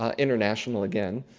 um international, again,